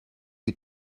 you